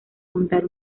montar